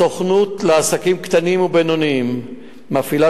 הסוכנות לעסקים קטנים ובינוניים מפעילה